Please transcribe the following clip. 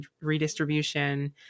redistribution